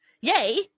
Yay